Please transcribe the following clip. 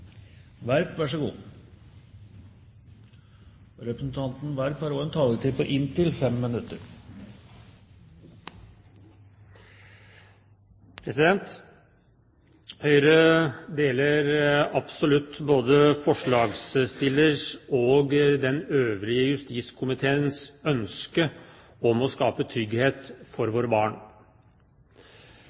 Høyre deler absolutt både forslagsstillernes og den øvrige justiskomiteens ønske om å skape trygghet for våre barn.